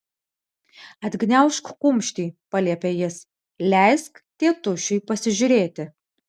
atgniaužk kumštį paliepė jis leisk tėtušiui pasižiūrėti